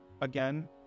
again